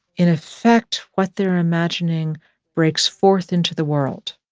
in effect, what they're imagining breaks forth into the world